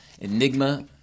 Enigma